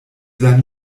sein